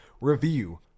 review